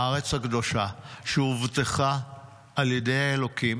הארץ הקדושה, שהובטחה על ידי האלוקים